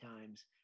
times